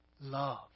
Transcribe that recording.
love